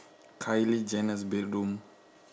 kylie jenner's bedroom